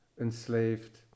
enslaved